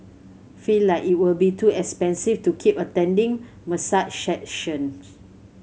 feel like it will be too expensive to keep attending massage sessions